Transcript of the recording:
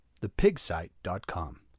thepigsite.com